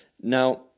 Now